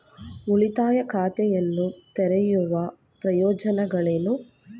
ಉಳಿತಾಯ ಖಾತೆಯನ್ನು ತೆರೆಯುವ ಪ್ರಯೋಜನಗಳೇನು?